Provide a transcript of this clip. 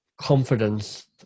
confidence